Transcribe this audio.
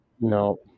no